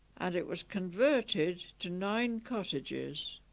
and it was converted to nine cottages